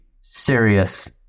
serious